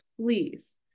please